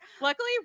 Luckily